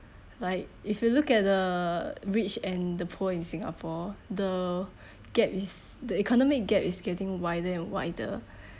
like if you look at the rich and the poor in singapore the gap is the economic gap is getting wider and wider